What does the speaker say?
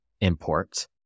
import